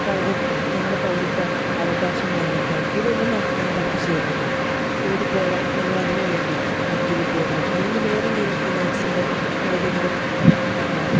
പൗരത്വ നമ്മുടെ പൗരത്വ അവകാശങ്ങൾ എന്തൊക്കെയാണ് ഇതൊന്നും നമുക്ക് അങ്ങനെ പഠിപ്പിച്ച് തരുന്നില്ല കൂടിപ്പോയാൽ നമ്മൾ അതിനു വേണ്ടി വക്കീല് ഉദ്യോഗമോ അല്ലെങ്കിൽ വേറെ എന്തെങ്കിലും ഫിനാൻസിന്റെ ഏതെങ്കിലും